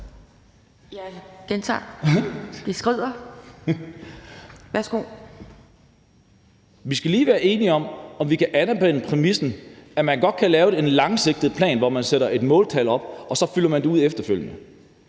Vi skal lige være enige om, om vi kan anerkende præmissen om, at man godt kan lave en langsigtet plan, hvor man sætter et måltal op og så fylder det ud efterfølgende.